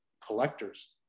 collectors